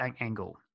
angle